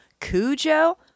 Cujo